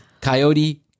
Coyote